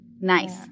nice